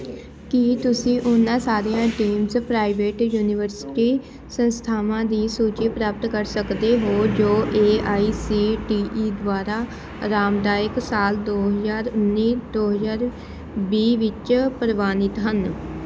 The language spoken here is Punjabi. ਕੀ ਤੁਸੀਂ ਉਹਨਾਂ ਸਾਰੀਆਂ ਡੀਮਸ ਪ੍ਰਾਈਵੇਟ ਯੂਨੀਵਰਸਿਟੀ ਸੰਸਥਾਵਾਂ ਦੀ ਸੂਚੀ ਪ੍ਰਾਪਤ ਕਰ ਸਕਦੇ ਹੋ ਜੋ A I C T E ਦੁਆਰਾ ਅਰਾਮਦਾਇਕ ਸਾਲ ਦੋ ਹਜ਼ਾਰ ਉੱਨੀ ਦੋ ਹਜ਼ਾਰ ਵੀਹ ਵਿੱਚ ਪ੍ਰਵਾਨਿਤ ਹਨ